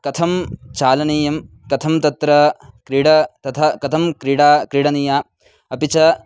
कथं चालनीयं कथं तत्र क्रीडा तथा कथं क्रीडा क्रीडनीया अपि च